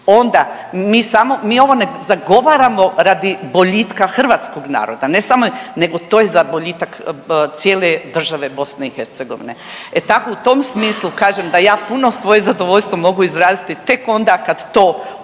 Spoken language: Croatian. Onda mi samo, mi ovo ne zagovaramo radi boljitka hrvatskog naroda, ne samo nego to je za boljitak cijele države BiH. E tako, u tom smislu kažem da ja puno svoje zadovoljstvo mogu izraziti tek onda kad to